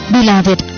Beloved